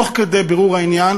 תוך כדי בירור העניין,